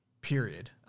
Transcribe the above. period